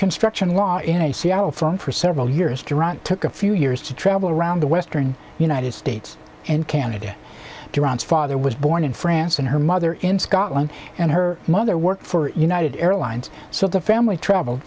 construction law in a seattle from for several years to run took a few years to travel around the western united states and canada durant's father was born in france and her mother in scotland and her mother worked for united airlines so the family travel